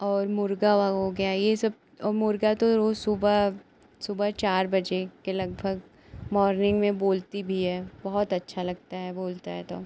और मुर्गा वह हो गया यह सब और मुर्गा तो रोज़ सुबह सुबह चार बजे के लगभग मॉर्निन्ग में बोलता भी है बहुत अच्छा लगता है बोलता है तो